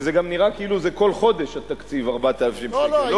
וזה גם נראה כאילו זה כל חודש התקציב הוא 4,000 שקלים,